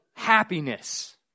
happiness